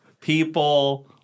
people